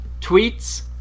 tweets